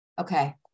Okay